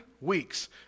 weeks